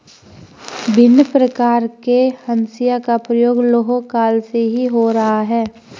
भिन्न प्रकार के हंसिया का प्रयोग लौह काल से ही हो रहा है